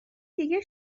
دیگه